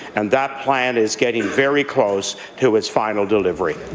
and that plan is getting very close to its final delivery.